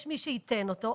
יש מי שייתן אותו,